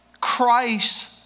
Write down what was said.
Christ